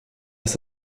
dass